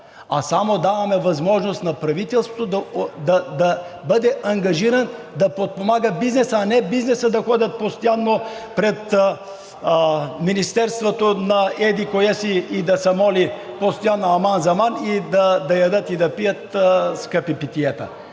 а само даваме възможност на правителството да бъде ангажирано да подпомага бизнеса, а не от бизнеса да ходят постоянно пред еди-кое си министерство и да се молят постоянно аман-заман и да ядат, и да пият скъпи питиета.